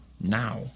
now